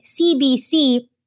CBC